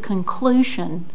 conclusion